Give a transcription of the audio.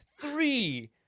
three